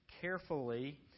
carefully